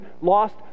lost